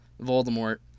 Voldemort